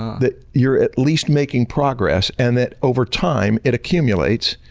that you are at least making progress and that over time it accumulates.